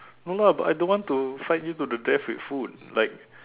no lah but I don't want to fight you to the death with food like